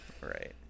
right